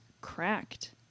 cracked